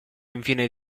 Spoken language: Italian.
infine